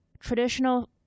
Traditional